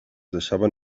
deixaven